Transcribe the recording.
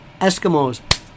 Eskimos